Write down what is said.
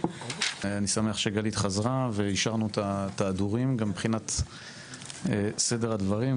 אני שמח שגלית חזרה וגם יישרנו את ההדורים גם מבחינת סדר הדברים.